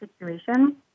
situation